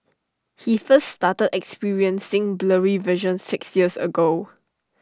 he first started experiencing blurry vision six years ago